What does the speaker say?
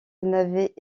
n’avait